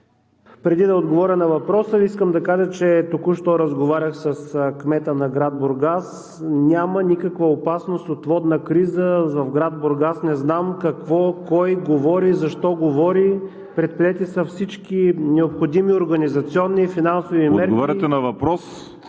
Преди да отговоря на въпроса, искам да кажа, че току-що разговарях с кмета на град Бургас – няма никаква опасност от водна криза в град Бургас. Не знам кой, какво и защо говори – предприети са всички необходими организационни и финансови мерки.